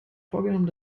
vorgenommen